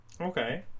okay